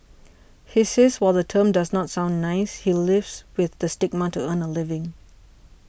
he says while the term does not sound nice he lives with the stigma to earn a living